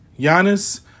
Giannis